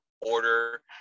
order